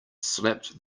slapped